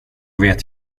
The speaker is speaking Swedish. vet